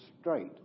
straight